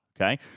Okay